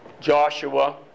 Joshua